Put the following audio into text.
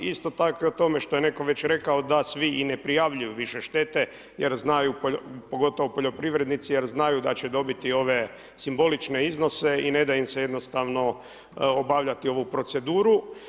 Isto tako i o tome što je već netko rekao, da svi i ne prijavljuju više štete, pogotovo poljoprivrednici jer znaju da će dobiti ove simbolične iznose i neda im se jednostavno obavljati ovu proceduru.